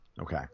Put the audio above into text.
Okay